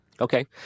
Okay